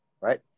right